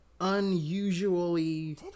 unusually